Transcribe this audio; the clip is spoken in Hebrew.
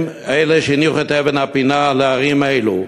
הם אלה שהניחו את אבן הפינה לערים האלה.